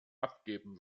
abgeben